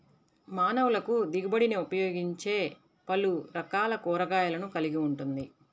మానవులకుదిగుబడినిఉపయోగించేపలురకాల కూరగాయలను కలిగి ఉంటుంది